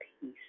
peace